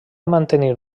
mantenir